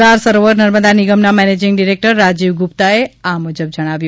સરદાર સરોવર નર્મદા નિગમના managing director Rajiv ગુપ્તાએ આ મુજબ જણાવ્યું